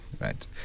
right